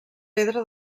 pedra